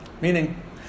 Meaning